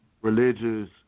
religious